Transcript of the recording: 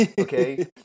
okay